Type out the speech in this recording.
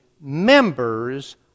members